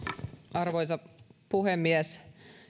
arvoisa puhemies